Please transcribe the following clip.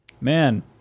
Man